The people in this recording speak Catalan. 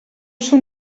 ser